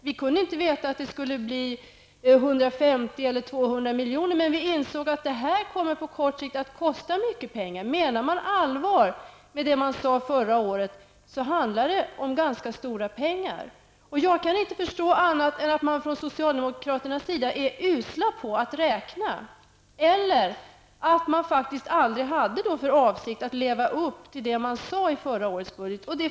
Vi kunde inte veta att det skulle bli 150 eller 200 milj.kr., men vi insåg att det på kort sikt skulle komma att kosta mycket pengar. Menade utskottet allvar med vad man sade förra året, handlar det om ganska stora summor. Jag kan inte förstå annat än att socialdemokraterna antingen är usla på att räkna eller att man faktiskt aldrig hade för avsikt att leva upp till vad man sade i förra årets budget.